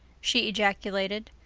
she ejaculated.